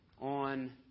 on